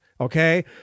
okay